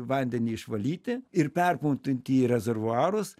vandenį išvalyti ir perpumpuoti į rezervuarus